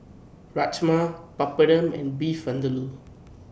Rajma Papadum and Beef Vindaloo